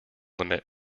limit